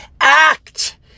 act